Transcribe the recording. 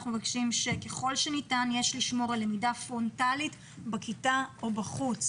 שככל שניתן יש לשמור על למידה פרונטלית בכיתה או בחוץ.